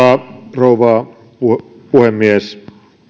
rouva puhemies